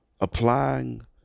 Applying